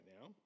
now